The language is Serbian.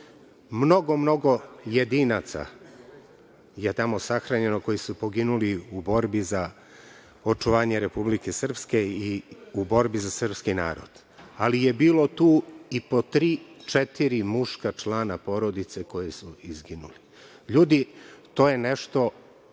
toga. Mnogo jedinaca je tamo sahranjeno koji su poginuli u borbi za očuvanje Republike Srpske i u borbi za srpski narod, ali je bilo tu i po tri, četiri muška člana porodice koji su izginuli. Ljudi, to je nešto